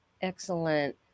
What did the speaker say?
Excellent